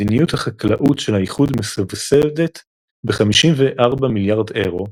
מדיניות החקלאות של האיחוד מסובסדת ב-54 מיליארד אירו,